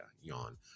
yawn